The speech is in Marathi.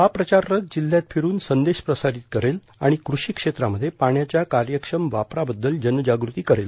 ही वॅन जिल्ह्यात फिरून संदेश प्रसारित करेल आणि कृषी क्षेत्रामध्ये पाण्याच्या कार्यक्षम वापराबद्दल जनजाग्रती करेल